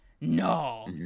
No